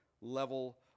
level